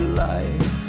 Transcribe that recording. life